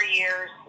years